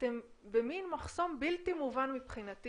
אתם במין מחסום בלתי מובן מבחינתי.